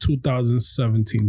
2017